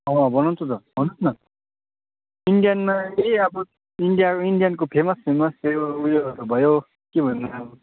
अँ बनाउँछु त भन्नुहोस् न इन्डियानमा यही अब इन्डिया इन्डियानको फेमस फेमस यो उयोहरू भयो के भन्ने अब त्यो